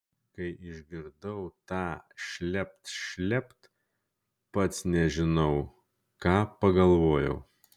kai išgirdau tą šlept šlept pats nežinau ką pagalvojau